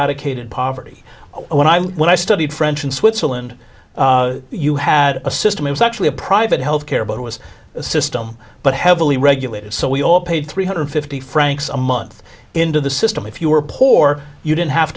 eradicated poverty when i was when i studied french in switzerland you had a system it was actually a private health care but it was a system but heavily regulated so we all paid three hundred fifty francs a month into the system if you were poor you didn't have